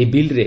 ଏହି ବିଲ୍ରେ